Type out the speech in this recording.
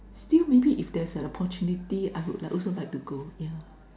still maybe if there is a opportunity I would like also like to go yeah